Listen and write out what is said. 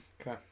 Okay